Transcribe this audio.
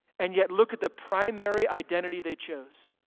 and yet look at the primary identity they chose.